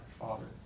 Father